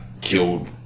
killed